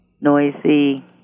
noisy